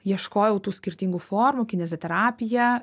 ieškojau tų skirtingų formų kineziterapija